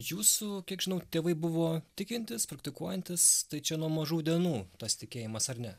jūsų kiek žinau tėvai buvo tikintys praktikuojantys tai čia nuo mažų dienų tas tikėjimas ar ne